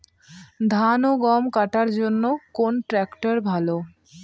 ধান ও গম কাটার জন্য কোন ট্র্যাক্টর ভালো?